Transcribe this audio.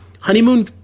honeymoon